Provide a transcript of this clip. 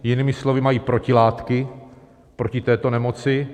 Jinými slovy, mají protilátky proti této nemoci.